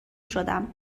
شدم